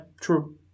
true